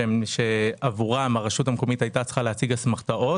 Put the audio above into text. העברה עודפים בסך 333 מיליון